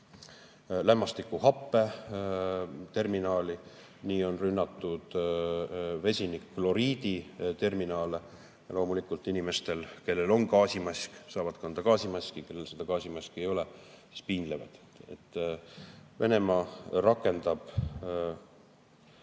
lämmastikhappeterminali, nii on rünnatud vesinikkloriidi terminale. Loomulikult inimesed, kellel on gaasimask, saavad kanda gaasimaski, aga kellel gaasimaski ei ole, need piinlevad. Venemaa rakendab